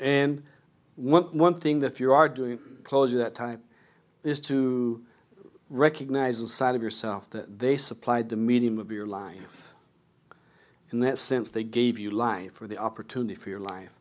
and one thing that you are doing closure that time is to recognize a side of yourself that they supplied the medium of your life and that since they gave you life for the opportunity for your life